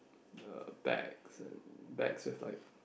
uh bags and bags with like